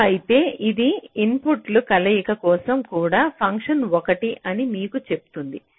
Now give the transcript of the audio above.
అలా అయితే అది ఇన్పుట్ల కలయిక కోసం కూడా ఫంక్షన్ 1 అని మీకు చెప్తుంది